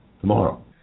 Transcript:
tomorrow